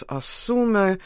assume